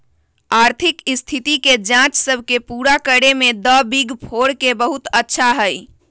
आर्थिक स्थिति के जांच सब के पूरा करे में द बिग फोर के बहुत अच्छा हई